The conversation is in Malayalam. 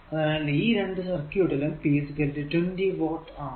അതിനാൽ ഈ രണ്ടു സർക്യൂട് ലും p 20 വാട്ട് ആണ്